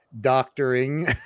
doctoring